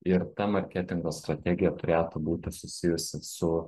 ir ta marketingo strategija turėtų būti susijusi su